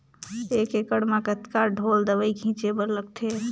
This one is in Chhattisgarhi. एक एकड़ म कतका ढोल दवई छीचे बर लगथे?